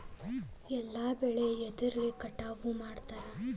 ಎಲ್ಲ ಬೆಳೆ ಎದ್ರಲೆ ಕಟಾವು ಮಾಡ್ತಾರ್?